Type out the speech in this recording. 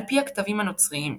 על פי הכתבים הנוצריים.